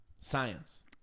Science